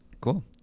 cool